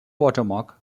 watermark